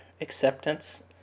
acceptance